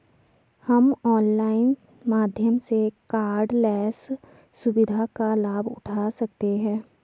हम ऑनलाइन माध्यम से कॉर्डलेस सुविधा का लाभ उठा सकते हैं